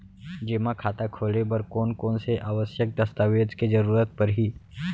जेमा खाता खोले बर कोन कोन से आवश्यक दस्तावेज के जरूरत परही?